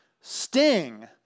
Sting